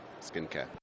skincare